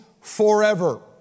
forever